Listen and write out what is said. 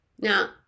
Now